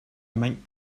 mink